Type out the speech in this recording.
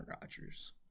Rodgers